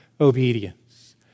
Obedience